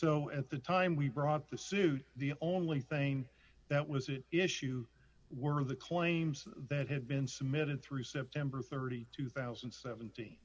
so at the time we brought the suit the only thing that was an issue were the claims that had been submitted through september thirty two thousand and seventy